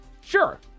Sure